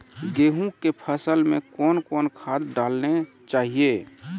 गेहूँ के फसल मे कौन कौन खाद डालने चाहिए?